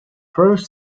first